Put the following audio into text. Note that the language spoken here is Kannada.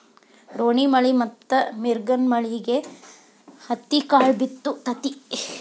ರೋಣಿಮಳಿ ಮತ್ತ ಮಿರ್ಗನಮಳಿಗೆ ಹತ್ತಿಕಾಳ ಬಿತ್ತು ತತಿ